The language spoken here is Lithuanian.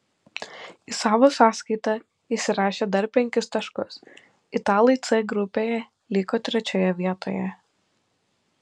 į savo sąskaitą įsirašę dar penkis taškus italai c grupėje liko trečioje vietoje